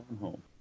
home